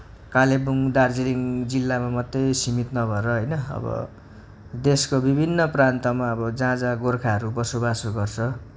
कालिम्पोङ दार्जिलिङ जिल्लामा मात्रै सीमित नभएर होइन अब देसको विभिन्न प्रान्तमा अब जहाँ जहाँ गोर्खाहरू बसोबास् गर्छ